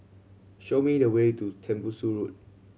show me the way to Tembusu Park